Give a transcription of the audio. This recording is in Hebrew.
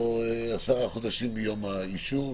או 10 חודשים מיום האישור.